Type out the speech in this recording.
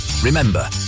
Remember